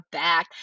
back